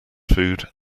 food